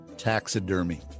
Taxidermy